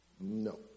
No